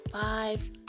five